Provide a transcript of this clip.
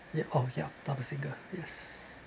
ya oh yup double single yes